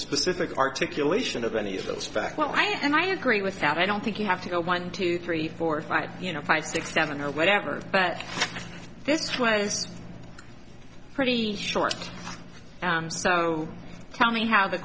specific articulation of any of those facts when i and i agree with that i don't think you have to go one two three four five you know five six seven or whatever but this was pretty short so tell me how the